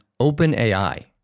OpenAI